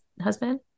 husband